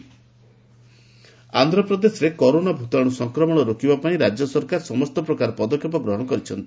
AP corona virus ଆନ୍ଧ୍ରପ୍ରଦେଶରେ corona ଭୂତାଣୁ ସଂକ୍ରମଣ ରୋକିବା ପାଇଁ ରାଜ୍ୟ ସରକାର ସମସ୍ତ ପ୍ରକାର ପଦକ୍ଷେପ ଗ୍ରହଣ କରିଛନ୍ତି